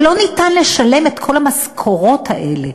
אבל אי-אפשר לשלם את כל המשכורות האלה,